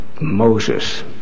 Moses